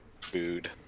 food